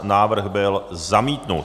Návrh byl zamítnut.